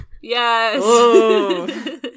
Yes